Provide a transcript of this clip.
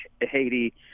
Haiti